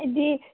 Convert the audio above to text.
ꯍꯥꯏꯗꯤ